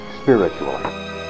spiritually